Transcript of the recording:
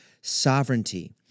sovereignty